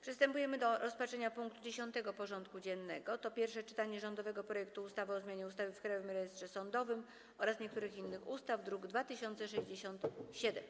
Przystępujemy do rozpatrzenia punktu 10. porządku dziennego: Pierwsze czytanie rządowego projektu ustawy o zmianie ustawy o Krajowym Rejestrze Sądowym oraz niektórych innych ustaw (druk nr 2067)